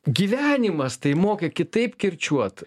gyvenimas tai mokė kitaip kirčiuot